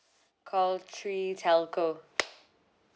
call three telco